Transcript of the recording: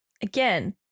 Again